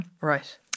Right